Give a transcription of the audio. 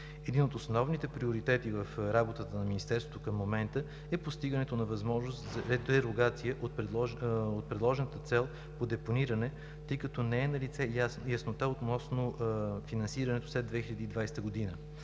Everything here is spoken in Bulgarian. Един от основните приоритети в работата на Министерството към момента е постигането на възможност за дерогация от предложената цел по депониране, тъй като не е налице яснота относно финансирането след 2020 г.,